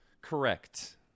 Correct